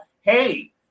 hey